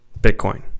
Bitcoin